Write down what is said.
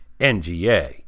NGA